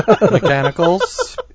Mechanicals